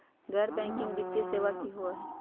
गैर बैकिंग वित्तीय सेवा की होअ हई?